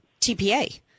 TPA